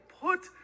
put